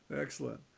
Excellent